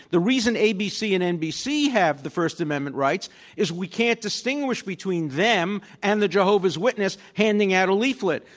the reason abc and nbc have the first amendment rights is we can't distinguish between them and the jehovah's witness handing out a leaflet.